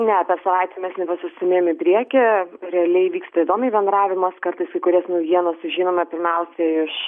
ne per savaitę mes nepasisitūmėjom į preikį realiai vyksta įdomiai bendravimas kartais kai kurias naujienas sužinome pirmiausia iš